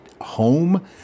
home